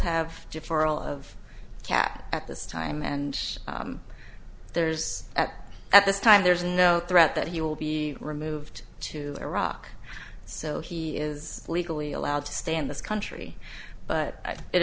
all of cats at this time and there's at this time there is no threat that he will be removed to iraq so he is legally allowed to stay in this country but it